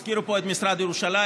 הזכירו פה את משרד ירושלים,